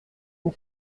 une